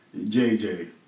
JJ